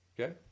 Okay